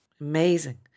Amazing